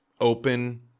open